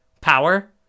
power